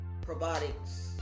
probiotics